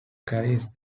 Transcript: carries